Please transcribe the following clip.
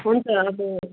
हुन्छ अब